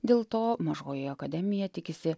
dėl to mažoji akademija tikisi